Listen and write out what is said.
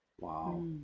wow